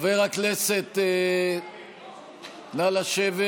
חבר הכנסת, נא לשבת.